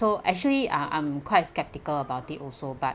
so actually ah I'm quite sceptical about it also but